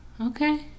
okay